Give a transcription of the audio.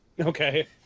Okay